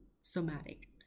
somatic